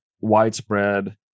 widespread